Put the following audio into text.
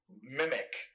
mimic